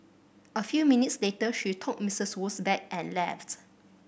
a few minutes later she took Mistress Wu's bag and left